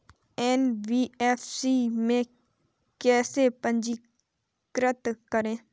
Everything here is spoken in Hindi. एन.बी.एफ.सी में कैसे पंजीकृत करें?